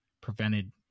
prevented